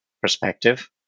perspective